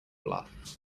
bluff